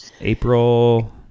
April